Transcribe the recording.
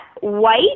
white